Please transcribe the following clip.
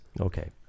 Okay